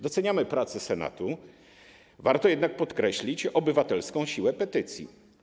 Doceniamy pracę Senatu, warto jednak podkreślić obywatelską siłę petycji.